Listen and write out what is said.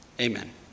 Amen